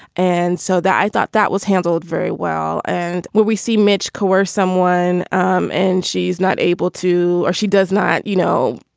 and so that i thought that was handled very well. and when we see mitch coerce someone um and she's not able to or she does not, you know,